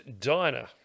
Diner